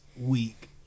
week